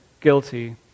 guilty